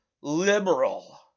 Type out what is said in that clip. liberal